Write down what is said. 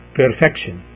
perfection